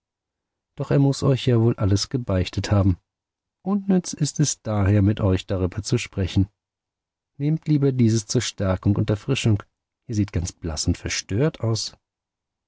doch er muß euch ja wohl alles gebeichtet haben unnütz ist es daher mit euch darüber zu sprechen nehmt lieber dieses zur stärkung und erfrischung ihr seht ganz blaß und verstört aus